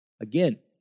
Again